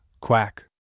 Quack